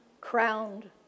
crowned